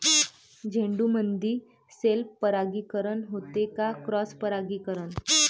झेंडूमंदी सेल्फ परागीकरन होते का क्रॉस परागीकरन?